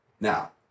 Now